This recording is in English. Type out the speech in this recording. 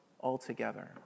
altogether